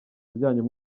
byanyu